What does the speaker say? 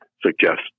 suggest